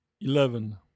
Eleven